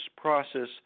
process